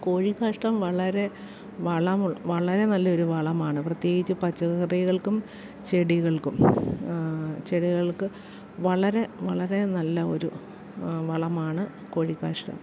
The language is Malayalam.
കോഴിക്കാഷ്ടം വളരെ വളമു വളരെ നല്ലയൊരു വളമാണ് പ്രത്യേകിച്ച് പച്ചകറികൾക്കും ചെടികൾക്കും ചെടികൾക്ക് വളരെ വളരെ നല്ല ഒരു വളമാണ് കോഴിക്കാഷ്ടം